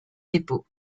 dépôt